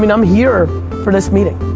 and i'm here for this meeting.